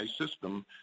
system